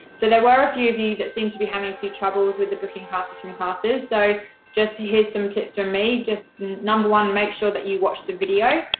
so, there were a few of you that seemed to be having a few troubles with the booking classes from classes, so just hear some tips from me. just, number one, make sure that you watch the video,